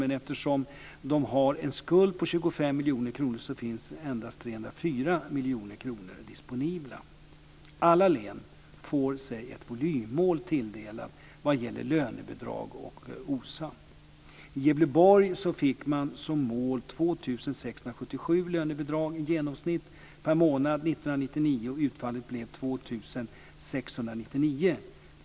Men eftersom det har en skuld på 25 miljoner kronor finns endast 304 miljoner kronor disponibla. Alla län får sig ett volymmål tilldelat vad gäller lönebidrag och OSA. I Gävleborg fick man som mål 2 677 lönebidrag i genomsnitt per månad år 1999.